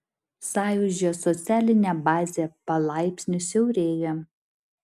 sąjūdžio socialinė bazė palaipsniui siaurėja